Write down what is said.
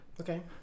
Okay